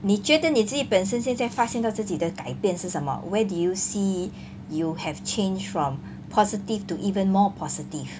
你觉得你自己本身现在发现到自己的改变是什么 where do you see you have changed from positive to even more positive